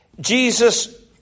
Jesus